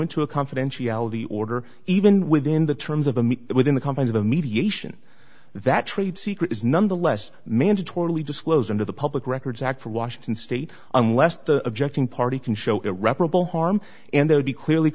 to a confidentiality order even within the terms of the me within the confines of a mediation that trade secret is nonetheless mandatorily disclose into the public records act for washington state unless the objecting party can show irreparable harm and they would be clearly